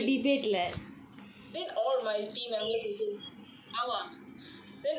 then all my team members also ஆமா:aamaa then everybody start shouting